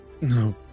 No